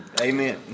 Amen